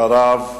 אחריו,